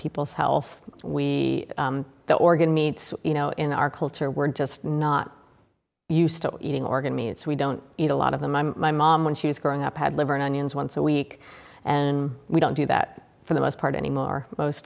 people's health we the organ meats you know in our culture we're just not used to eating organ meats we don't eat a lot of them i'm my mom when she was growing up had liver and onions once a week and we don't do that for the most part anymore most